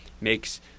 makes